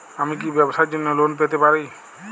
আমি কি ব্যবসার জন্য লোন পেতে পারি?